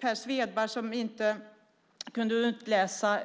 Per Svedberg kunde inte utläsa